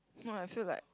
no eh I feel like